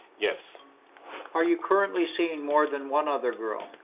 yes are you currently seeing more than one other girl?